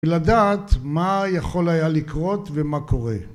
ולדעת מה יכול היה לקרות ומה קורה